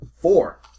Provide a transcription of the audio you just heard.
Four